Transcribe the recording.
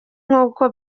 nkuko